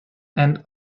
and